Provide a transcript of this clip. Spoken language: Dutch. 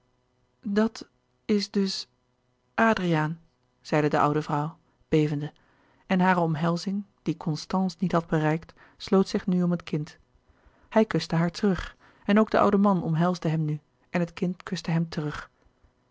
dat is dus adriaan zeide de oude vrouw bevende en hare omhelzing die constance niet had bereikt sloot zich nu om het kind hij kuste haar terug en ook de oude man omhelsde hem nu en het kind kuste hem terug